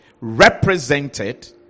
represented